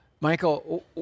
Michael